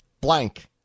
blank